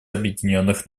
объединенных